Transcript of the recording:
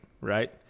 right